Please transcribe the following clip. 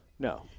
No